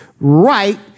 right